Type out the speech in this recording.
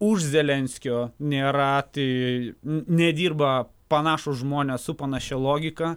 už zelenskio nėra tai nedirba panašūs žmonės su panašia logika